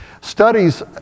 Studies